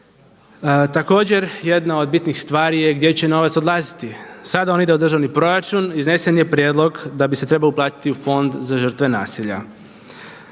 Također jedna od bitnih stvari je gdje će novac odlaziti. Sada on ide u državni proračun. Iznesen je prijedlog da bi se trebalo uplatiti u fond za žrtve nasilja.